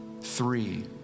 three